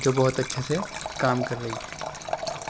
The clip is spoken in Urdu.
جو بہت اچھے سے کام کر رہی ہے